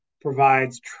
provides